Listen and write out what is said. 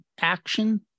action